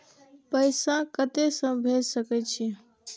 पैसा कते से भेज सके छिए?